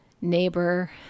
neighbor